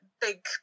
big